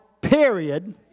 period